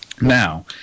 Now